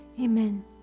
amen